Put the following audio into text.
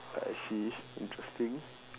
I see interesting